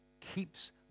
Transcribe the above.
keeps